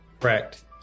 Correct